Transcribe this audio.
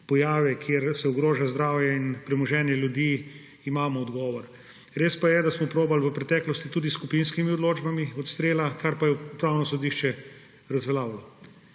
pojave, kjer se ogroža zdravje in premoženje ljudi, imamo odgovor. Res je, da smo poskušali v preteklosti tudi s skupinskimi odločbami odstrela, kar pa je Upravno sodišče razveljavilo.